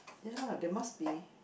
ya lah there must be